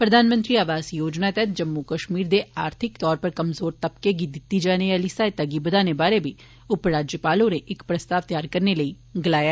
प्रधानमंत्री आवास योजना तैहत जम्मू कश्मीर दे आर्थिक तौरा पर कमजोर तबके गी दित्ती जाने आहली सहायता गी बधाने बारै बी उपराज्यपाल होरें इक प्रस्ताव तैयार करने लेई आखेआ